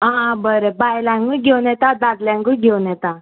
आं बरें बायलांकूय घेवन येता दादल्यांकूय घेवन येता